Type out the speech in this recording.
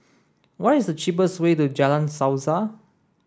what is the cheapest way to Jalan Suasa